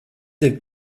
des